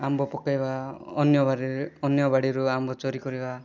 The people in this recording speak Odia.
ଆମ୍ବ ପକେଇବା ଅନ୍ୟ ବାରିରେ ଅନ୍ୟ ବାଡ଼ିରୁ ଆମ୍ବ ଚୋରି କରିବା